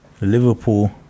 Liverpool